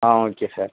ah okay sir